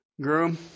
Groom